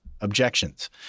objections